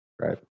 Right